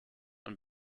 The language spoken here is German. und